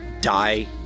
die